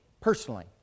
personally